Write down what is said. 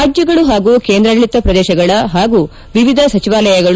ರಾಜ್ಯಗಳು ಹಾಗೂ ಕೇಂದ್ರಾಡಳಿತ ಪ್ರದೇಶಗಳ ಹಾಗೂ ವಿವಿಧ ಸಚಿವಾಲಯಗಳು